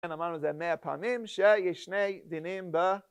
אמרנו זה מאה פעמים, שה...יש שני דינים ב...